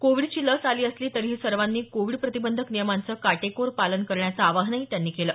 कोविडची लस आली असली तरीही सर्वांनी कोविड प्रतिबंधक नियमांचं काटेकोर पालन करण्याचं आवाहनही त्यांनी केलं